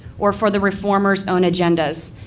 or for the reformer's own agendas.